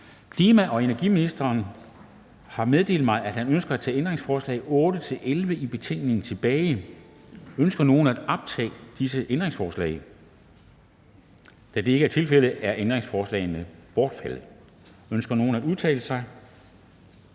og forsyningsministeren har meddelt mig, at han ønsker at tage ændringsforslag nr. 8-11 i betænkningen tilbage. Ønsker nogen at optage disse ændringsforslag? Da det ikke er tilfældet, er ændringsforslagene bortfaldet. Ønsker nogen at udtale sig?